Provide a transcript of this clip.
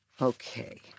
Okay